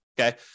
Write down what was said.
Okay